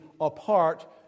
apart